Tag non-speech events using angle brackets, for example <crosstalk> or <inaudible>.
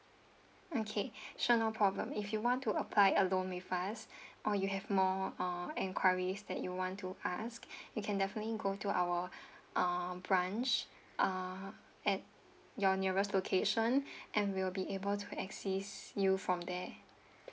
okay sure no problem if you want to apply a loan with us or you have more uh enquiries that you want to ask <breath> you can definitely go to our uh branch uh at your nearest location <breath> and we will be able to assist you from there